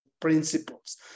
principles